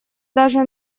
даже